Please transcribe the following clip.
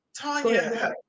Tanya